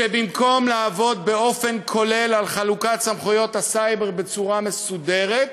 ובמקום לעבוד באופן כולל על חלוקת סמכויות הסייבר בצורה מסודרת,